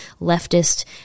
leftist